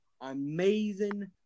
Amazing